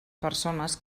persones